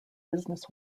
business